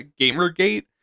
Gamergate